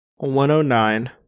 109